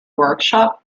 workshop